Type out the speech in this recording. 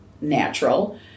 natural